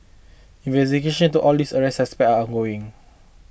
investigations into all this arrested suspects are ongoing